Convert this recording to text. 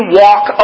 walk